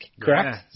correct